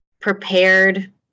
prepared